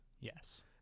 Yes